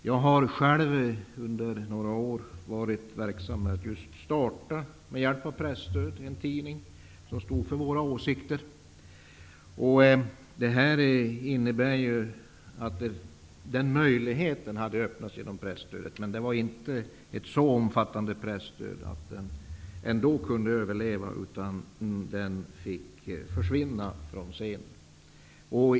Jag har själv under några år varit verksam med att starta en tidning som stod för våra åsikter med hjälp av presstöd. Den möjligheten öppnades genom presstödet, men det var inte ett så omfattande presstöd att den kunde överleva. Den fick försvinna från scenen.